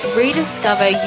rediscover